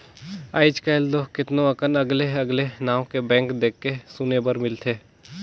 आयज कायल तो केतनो अकन अगले अगले नांव के बैंक देखे सुने बर मिलथे